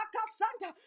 Santa